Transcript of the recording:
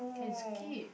can skip